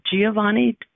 Giovanni